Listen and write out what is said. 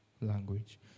Language